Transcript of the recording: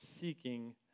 seeking